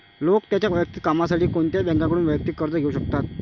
लोक त्यांच्या वैयक्तिक कामासाठी कोणत्याही बँकेकडून वैयक्तिक कर्ज घेऊ शकतात